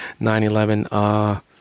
9-11